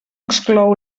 exclou